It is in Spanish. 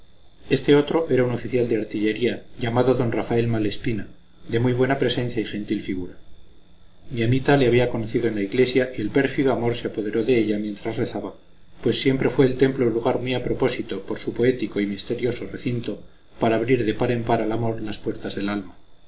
este otro era un oficial de artillería llamado de muy buena presencia y gentil figura mi amita le había conocido en la iglesia y el pérfido amor se apoderó de ella mientras rezaba pues siempre fue el templo lugar muy a propósito por su poético y misterioso recinto para abrir de par en par al amor las puertas del alma